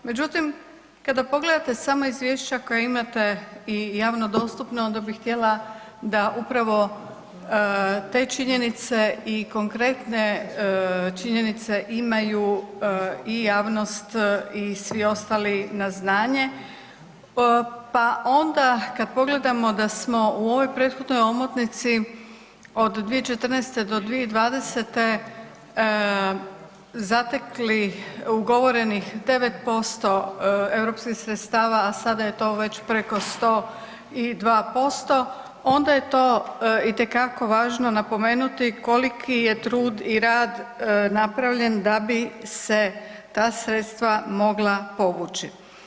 Međutim, kada pogledate samo izvješća koja imate i javno dostupna onda bih htjela da upravo te činjenice i konkretne činjenice imaju i javnost i svi ostali na znanje pa onda kad pogledamo da smo u ovoj prethodnoj omotnici od 2014. do 2020. zatekli ugovorenih 9% europskih sredstava, a sada je to već preko 102% onda je to itekako važno napomenuti koliki je trud i rad napravljen da bi se ta sredstva mogla povući.